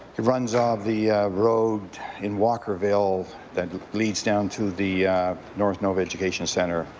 it runs off the road in walkerville that leads down to the north nova education centre.